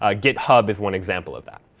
ah github is one example of that.